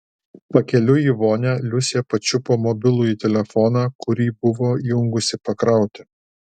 pakeliui į vonią liusė pačiupo mobilųjį telefoną kurį buvo įjungusi pakrauti